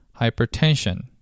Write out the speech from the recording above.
hypertension